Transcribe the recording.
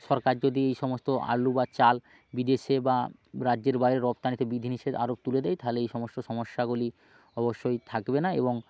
সরকার যদি এই সমস্ত আলু বা চাল বিদেশে বা রাজ্যের বাইরে রপ্তানিতে বিধি নিষেদ আরোপ তুলে দেয় তাহলে এই সমস্ত সমস্যাগুলি অবশ্যই থাকবে না এবং